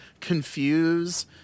confuse